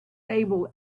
able